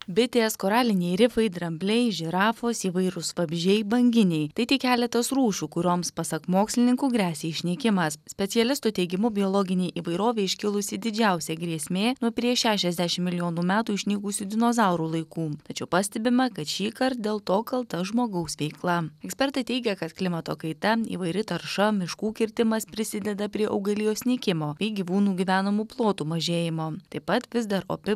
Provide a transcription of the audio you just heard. bitės koraliniai rifai drambliai žirafos įvairūs vabzdžiai banginiai tai tik keletas rūšių kurioms pasak mokslininkų gresia išnykimas specialistų teigimu biologinei įvairovei iškilusi didžiausia grėsmė nuo prieš šešiasdešim milijonų metų išnykusių dinozaurų laikų tačiau pastebima kad šįkart dėl to kalta žmogaus veikla ekspertai teigia kad klimato kaita įvairi tarša miškų kirtimas prisideda prie augalijos nykimo bei gyvūnų gyvenamų plotų mažėjimo taip pat vis dar opi